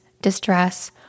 distress